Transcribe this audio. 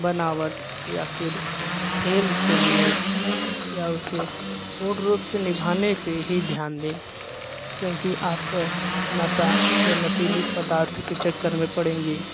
बनावट या फिर खेल खेलने या उसे पूर्ण रूप से निभाने पर ही ध्यान दें क्योंकि आप नशा या नशीले पदार्थ के चक्कर में पड़ेंगे